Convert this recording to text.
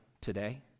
today